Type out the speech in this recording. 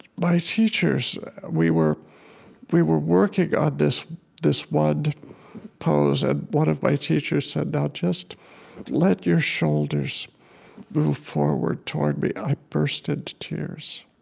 my teachers we were we were working on this this one pose, and one of my teachers said, now just let your shoulders move forward toward me. i burst into tears.